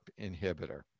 inhibitor